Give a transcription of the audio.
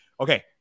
Okay